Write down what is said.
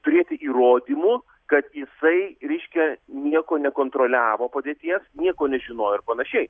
turėti įrodymų kad jisai reiškia nieko nekontroliavo padėties nieko nežinojo ir panašiai